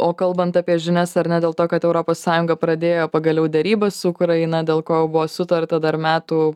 o kalbant apie žinias ar ne dėl to kad europos sąjunga pradėjo pagaliau derybas su ukraina dėl ko buvo sutarta dar metų